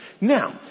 Now